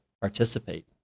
participate